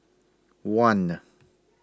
one